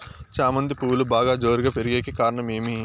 చామంతి పువ్వులు బాగా జోరుగా పెరిగేకి కారణం ఏమి?